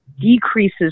decreases